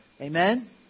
Amen